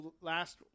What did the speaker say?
last